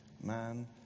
man